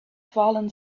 fallen